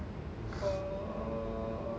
oh